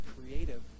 creative